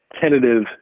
tentative